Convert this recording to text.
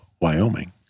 Wyoming